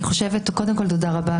תודה רבה,